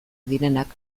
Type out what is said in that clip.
direnak